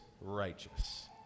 righteous